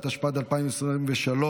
התשפ"ד 2023,